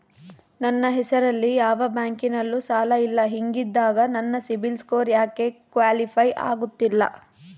ನನ್ನ ಹೆಸರಲ್ಲಿ ಯಾವ ಬ್ಯಾಂಕಿನಲ್ಲೂ ಸಾಲ ಇಲ್ಲ ಹಿಂಗಿದ್ದಾಗ ನನ್ನ ಸಿಬಿಲ್ ಸ್ಕೋರ್ ಯಾಕೆ ಕ್ವಾಲಿಫೈ ಆಗುತ್ತಿಲ್ಲ?